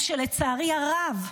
מה שלצערי הרב,